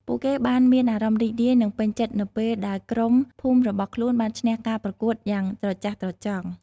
ពួកគេបានមានអារម្មណ៍រីករាយនិងពេញចិត្តនៅពេលដែលក្រុមភូមិរបស់ខ្លួនបានឈ្នះការប្រកួតយ៉ាងត្រចះត្រចង់។